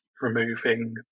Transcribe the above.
removing